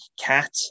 cat